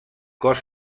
cos